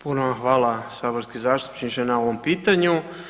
Puno hvala saborski zastupniče na ovom pitanju.